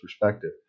perspective